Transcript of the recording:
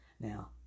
Now